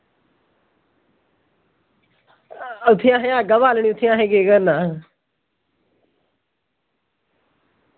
उत्थें असें अग्ग गै बालनी उत्थें असें केह् करना